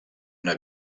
una